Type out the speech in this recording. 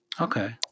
okay